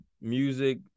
music